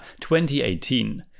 2018